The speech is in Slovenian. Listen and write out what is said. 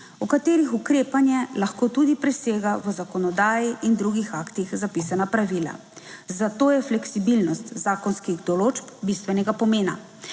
v katerih ukrepanje lahko tudi presega v zakonodaji in drugih aktih zapisana pravila. Zato je fleksibilnost zakonskih določb bistvenega pomena,